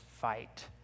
fight